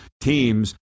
teams